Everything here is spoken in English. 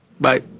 Bye